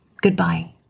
Goodbye